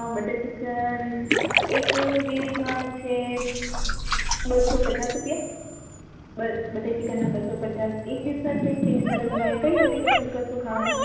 butter chicken એક ડિશના છે બસો પચાસ રૂપિયા બટર ચીકનના બસો પચાસ એક ડિશના છે તેની સાથે તમે કઈ રોટી પસંદ કરશો ખાવાની